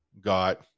got